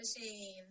machine